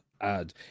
Add